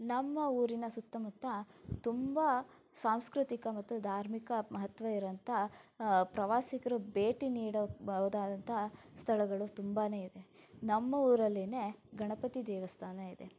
ನಮ್ಮ ಊರಿನ ಸುತ್ತಮುತ್ತ ತುಂಬ ಸಾಂಸ್ಕೃತಿಕ ಮತ್ತು ಧಾರ್ಮಿಕ ಮಹತ್ವ ಇರುವಂಥ ಪ್ರವಾಸಿಗರು ಭೇಟಿ ನೀಡಬಹುದಾದಂಥ ಸ್ಥಳಗಳು ತುಂಬ ಇದೆ ನಮ್ಮ ಊರಲ್ಲಿಯೇ ಗಣಪತಿ ದೇವಸ್ಥಾನ ಇದೆ